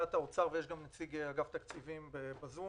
עמדת האוצר ויש גם נציג אגף התקציבים בזום